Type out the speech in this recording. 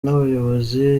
n’abayobozi